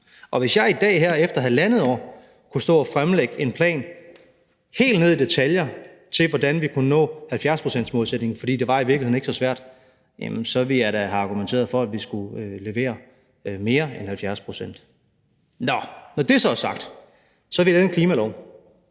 Hvis jeg i dag her efter halvandet år kunne stå og fremlægge en plan helt ned i detaljer for, hvordan vi kunne nå 70-procentsmålsætningen, fordi det i virkeligheden ikke var så svært, ville jeg da have argumenteret for, at vi skulle levere mere end 70 pct. Når det så er sagt, har vi lavet en klimalov,